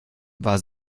war